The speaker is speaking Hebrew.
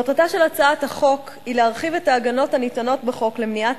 מטרתה של הצעת החוק היא להרחיב את ההגנות הניתנות בחוק למניעת